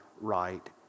right